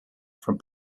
from